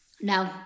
No